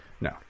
No